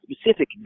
specific